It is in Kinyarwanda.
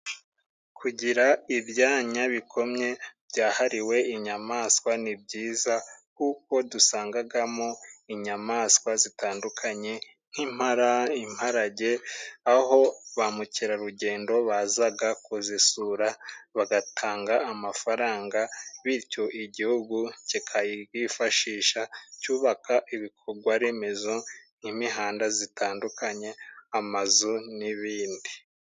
Tugira ibyanya bikomye byahariwe inyamaswa ni byiza kuko dusangagamo inyamaswa zitandukanye: nk'impara, imparage, aho ba mukerarugendo bazaga kuzisura bagatanga amafaranga bityo igihugu kikayifashisha cyubaka ibikorwaremezo nk'imihanda zitandukanye amazu, n'ibindi...